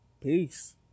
Peace